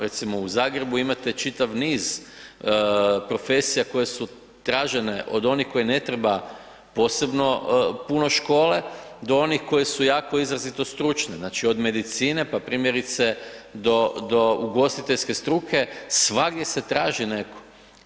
Recimo u Zagrebu imate čitav niz profesija koje su tražene od onih koji ne treba posebno puno škole do onih koji su jako izrazito stručne, od medicine pa primjerice do ugostiteljske struke svagdje se traži netko.